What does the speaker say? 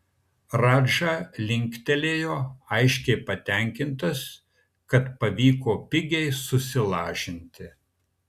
radža linktelėjo aiškiai patenkintas kad pavyko pigiai susilažinti